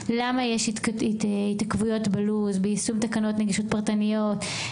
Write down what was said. למה יש ההתעכבויות בלו"ז ביישום תקנות נגישות פרטנית,